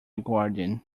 guardian